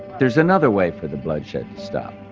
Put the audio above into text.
there's another way for the bloodshed to stop,